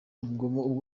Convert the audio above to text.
ubwo